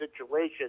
situation